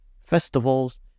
festivals